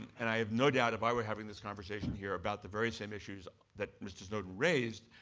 and i have no doubt if i were having this conversation here about the very same issues that mr. snowden raised,